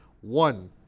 One